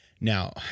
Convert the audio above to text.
Now